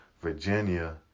Virginia